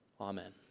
amen